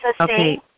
Okay